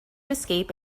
escape